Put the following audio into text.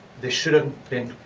they shouldn't be